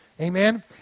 Amen